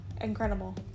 Incredible